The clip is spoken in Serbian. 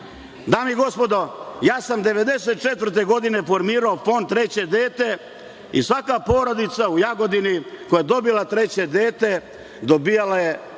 i gospodo, ja sam 1994. godine formirao Fond „Treće dete“ i svaka porodica u Jagodini, koja je dobila treće dete, dobijala je